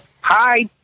Hi